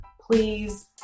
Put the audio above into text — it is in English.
Please